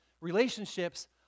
relationships